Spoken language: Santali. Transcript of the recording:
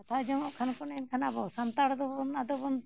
ᱦᱟᱛᱟᱣ ᱡᱚᱱᱚᱜ ᱠᱷᱟᱱᱵᱚ ᱮᱱᱠᱷᱟᱱ ᱟᱵᱚ ᱥᱟᱱᱛᱟᱲ ᱫᱚᱵᱚᱱ ᱟᱫᱚᱵᱚᱱ